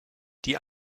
die